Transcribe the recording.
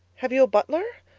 have you a butler?